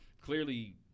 clearly